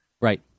Right